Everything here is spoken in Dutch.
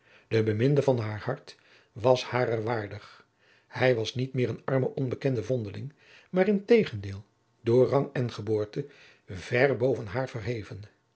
de beminde van haar hart was harer waardig hij was niet meer een arme onbekende vondeling maar integendeel door rang en geboorte ver boven haar verheven